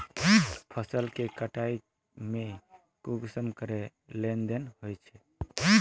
फसल के कटाई में कुंसम करे लेन देन होए?